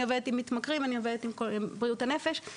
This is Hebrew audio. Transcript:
אני עובדת עם מתמכרים ועם בריאות הנפש.